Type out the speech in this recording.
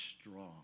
strong